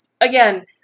Again